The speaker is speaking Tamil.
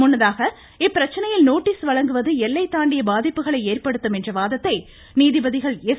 முன்னதாக இப்பிரச்சினையில் நோட்டீஸ் வழங்குவது எல்லை தாண்டிய பாதிப்புகளை ஏற்படுத்தும் என்ற வாதத்தை நீதிபதிகள் ளு